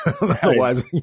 otherwise